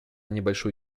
небольшую